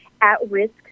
at-risk